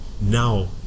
now